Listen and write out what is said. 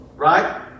Right